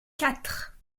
quatre